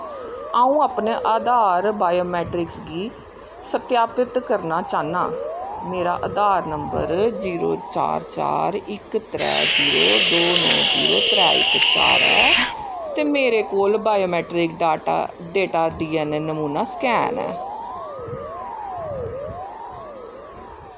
अ'ऊं अपने आधार बायोमेट्रिक्स गी सत्यापित करना चाह्न्नां मेरा आधार नंबर जीरो चार चार इक त्रै जीरो दो नौ जीरो त्रै इक चार ऐ ते मेरे कोल biometric data data D N A नमूना स्कैन ऐ